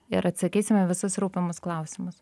ir atsakysim į visus rūpimus klausimus